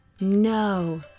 No